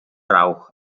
rauch